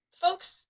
folks